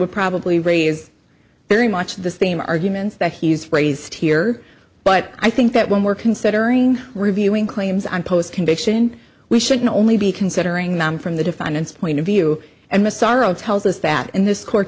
probably raise very much the same arguments that he's raised here but i think that when we're considering reviewing claims on post conviction we should not only be considering them from the defendant's point of view and massaro tells us that in this court